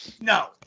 No